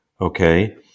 Okay